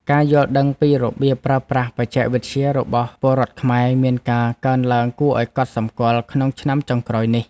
ការយល់ដឹងពីរបៀបប្រើប្រាស់បច្ចេកវិទ្យារបស់ពលរដ្ឋខ្មែរមានការកើនឡើងគួរឱ្យកត់សម្គាល់ក្នុងឆ្នាំចុងក្រោយនេះ។